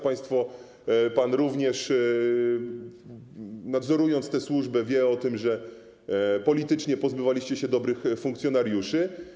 Państwo wiecie, pan również, nadzorując tę służbę, wie, o tym, że politycznie pozbywaliście się dobrych funkcjonariuszy.